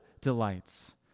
delights